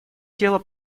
дело